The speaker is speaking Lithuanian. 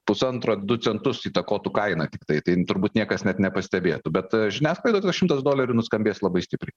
pusantro du centus įtakotų kainą tiktai tai turbūt niekas net nepastebėtų bet žiniasklaidoj tas šimtas dolerių nuskambės labai stipriai